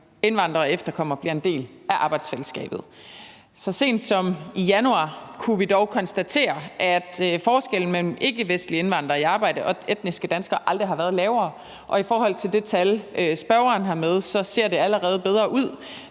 indvandrere og efterkommere bliver en del af arbejdsfællesskabet. Så sent som i januar kunne vi dog konstatere, at forskellen mellem ikkevestlige indvandrere i arbejde og etniske danskere aldrig har været lavere, og i forhold til det tal, spørgeren har med, ser det allerede bedre ud.